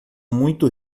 muito